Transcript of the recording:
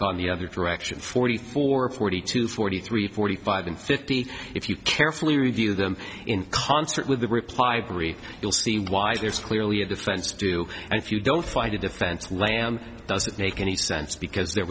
gone the other direction forty four forty two forty three forty five and fifty if you carefully review them in concert with the reply brief you'll see why there is clearly a defense due and if you don't find a defense land doesn't make any sense because there